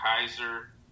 Kaiser